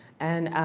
and